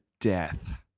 death